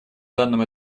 данном